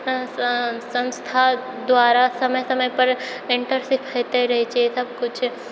संस संस्था द्वारा समय समयपर इन्टर्नशिप होइते रहै छै ई सब कुछ